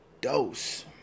dose